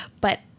But-